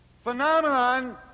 phenomenon